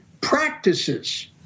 practices